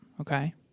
okay